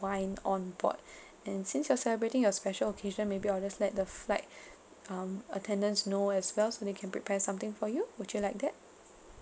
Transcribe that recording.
wine on board and since you're celebrating your special occasion maybe I'll just let the flight um attendants know as well so they can prepare something for you would you like that